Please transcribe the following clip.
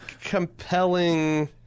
compelling